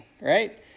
right